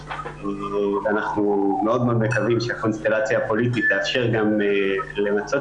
ואנחנו מאוד מקווים שהקונסטלציה הפוליטית תאפשר גם למצות